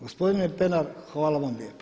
Gospodine Pernar, hvala vam lijepa.